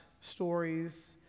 stories